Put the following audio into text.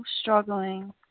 struggling